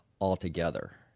altogether